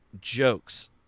jokes